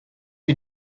you